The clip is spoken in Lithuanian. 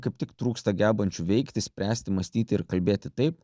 kaip tik trūksta gebančių veikti spręsti mąstyti ir kalbėti taip